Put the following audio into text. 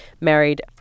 married